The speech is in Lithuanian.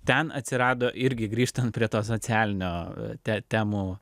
ten atsirado irgi grįžtant prie to socialinio temų